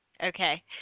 Okay